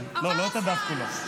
לא את הדף כולו.